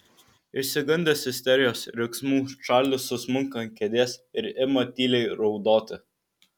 išsigandęs isterijos ir riksmų čarlis susmunka ant kėdės ir ima tyliai raudoti